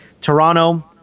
Toronto